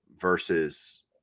versus